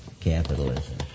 capitalism